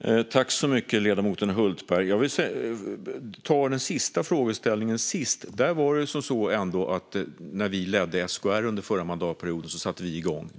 Fru talman! Jag tackar ledamoten Hultberg. Låt mig ta den sista frågan först. När Socialdemokraterna ledde SKR under förra mandatperioden satte vi igång,